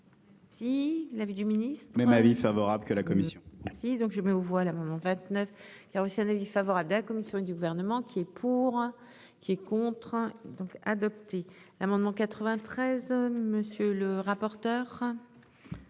Si l'avis du ministre. Même avis favorable que la commission. Si donc je mets aux voix l'amendement 29, il a reçu un avis favorable de la commission et du gouvernement. Et pour qui est contraint donc adopté l'amendement 93 monsieur le rapporteur.